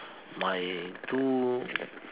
my two